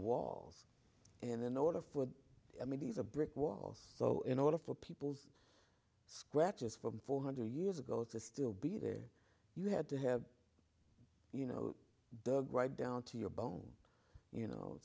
walls and in order for i mean these are brick walls so in order for people's scratches from four hundred years ago to still be there you had to have you know dug right down to your bone you know